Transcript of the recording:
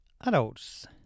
adults